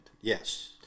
Yes